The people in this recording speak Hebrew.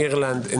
אירלנד,